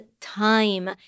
time